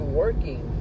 working